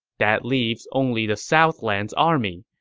that leaves only the southlands' army,